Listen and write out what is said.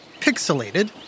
pixelated